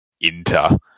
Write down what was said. Inter